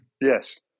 Yes